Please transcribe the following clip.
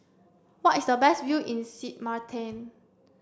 where is the best view in Sint Maarten